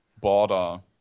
border